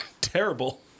terrible